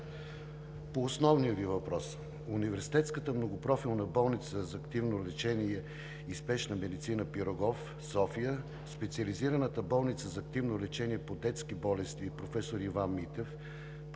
По основния Ви въпрос. Университетската многопрофилна болница за активно лечение и спешна медицина „Пирогов“ – София, Специализираната болница за активно лечение по детски болести „Проф. Иван Митев“